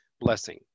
blessing